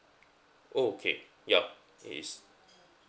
oh okay ya it is